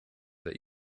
that